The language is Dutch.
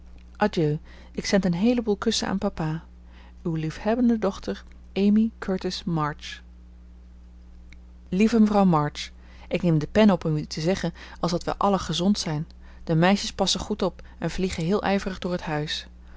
ik zend een heeleboel kussen aan papa uw liefhebbende dochter amy curtis march lieve mevrouw march ik neem de pen op om u te zeggen alsdat wij allen gezont zijn de meisjes passe goed op en vliege heel ijverig door het huis